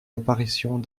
apparitions